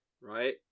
Right